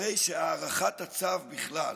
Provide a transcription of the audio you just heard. הרי שהארכת הצו בכלל,